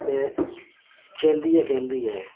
एह् खेलदी गै खेलदी ऐ